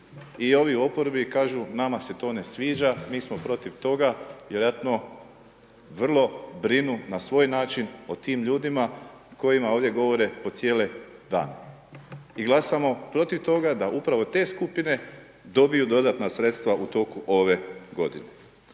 i ovi u oporbi kažu nama se to ne sviđa, mi smo protiv toga vjerojatno vrlo brinu na svoj način o tim ljudima kojima ovdje gore po cijele dane i glasamo protiv toga da upravo te skupine dobiju dodatna sredstva u toku ove godine.